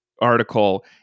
article